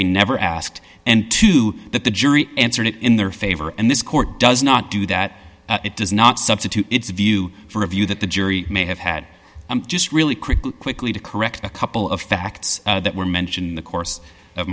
they never asked and two that the jury answered it in their favor and this court does not do that it does not substitute its view for a view that the jury may have had just really quickly quickly to correct a couple of facts that were mentioned in the course of